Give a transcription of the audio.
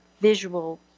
visual